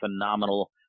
phenomenal